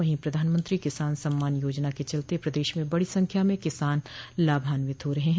वहीं प्रधानमंत्री किसान सम्मान योजना के चलते प्रदेश में बड़ी संख्या में किसान लाभान्वित हो रहे हैं